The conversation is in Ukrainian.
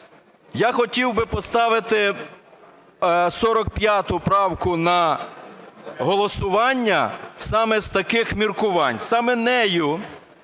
Я хотів би поставити 45 правку на голосування саме з таких міркувань. Саме нею